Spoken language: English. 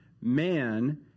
Man